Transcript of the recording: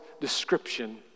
description